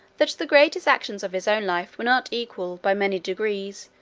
that the greatest actions of his own life were not equal, by many degrees,